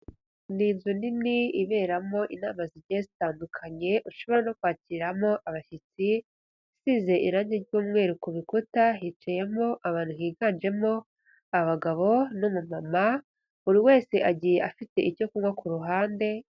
Ni inzu nini iberamo inama zigiye zitandukanye, ushobora no kwakiriramo abashyitsi, isize irangi ry'umweru ku bikuta, hicayemo abantu higanjemo abagabo n'umumama, buri wese agiye afite icyo kunywa ku ruhande.